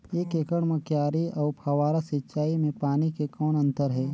एक एकड़ म क्यारी अउ फव्वारा सिंचाई मे पानी के कौन अंतर हे?